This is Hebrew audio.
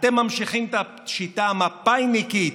אתם ממשיכים את השיטה המפא"יניקית,